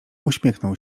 uśmiechnął